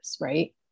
right